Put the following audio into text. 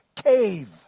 cave